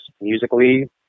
musically